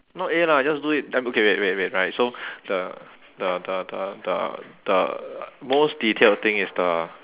not A lah just do it wait wait right so the the the the the the most detailed thing is the